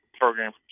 program